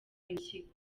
impyiko